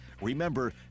Remember